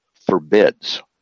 forbids